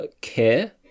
care